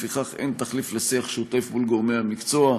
לפיכך, אין תחליף לשיח שוטף מול גורמי המקצוע.